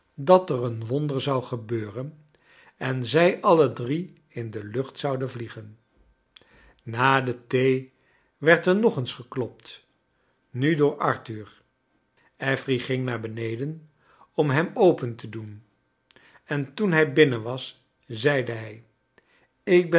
dat er een wonder zou gebeuren en zij alle drie in de lucht zouden vliegen na de thee werd er nog eens geklopt nu door arthur affery ging naar beneden om hem open te doen en toen hij binnen was zeide hij ik ben